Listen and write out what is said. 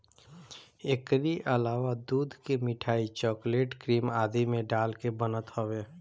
एकरी अलावा दूध के मिठाई, चोकलेट, क्रीम आदि में डाल के बनत हवे